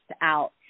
out